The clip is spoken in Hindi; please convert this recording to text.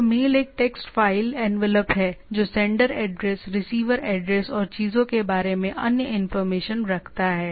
तो मेल एक टेक्स्ट फ़ाइल एनवेलप है जो सेंडर ऐड्रेस रिसीवर एड्रेस और चीजों के बारे में अन्य इंफॉर्मेशन रखता है